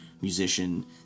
musician